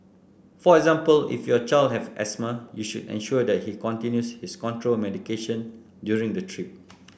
for example if your child has asthma you should ensure that he continues his control medication during the trip